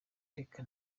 reka